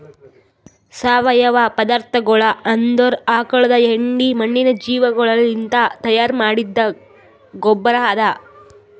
ಸಾವಯವ ಪದಾರ್ಥಗೊಳ್ ಅಂದುರ್ ಆಕುಳದ್ ಹೆಂಡಿ, ಮಣ್ಣಿನ ಜೀವಿಗೊಳಲಿಂತ್ ತೈಯಾರ್ ಮಾಡಿದ್ದ ಗೊಬ್ಬರ್ ಅದಾ